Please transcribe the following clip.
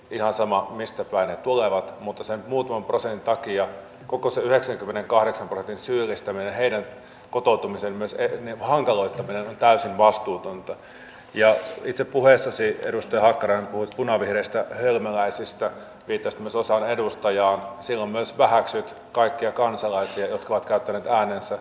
ja sama mistä päin he tulevat mutta se muuton purasen takia kokosi ensin kymmenen kahdeksan kun vielä tiedetään että maahanmuuttajien työttömyysaste on kantaväestöä huomattavasti suurempi niin tiedämme että tulevaisuudessa kuntien pitkäaikaistyöttömien sakkomaksujen ja sosiaaliturvan piirissä on huomattava määrä maahanmuuttajia